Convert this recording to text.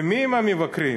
ומי הם המבקרים?